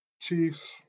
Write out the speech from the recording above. Chiefs